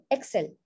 Excel